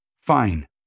Fine